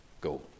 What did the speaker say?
go